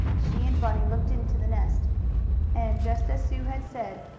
she and bunny looked into the nest and, just as sue had said,